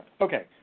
Okay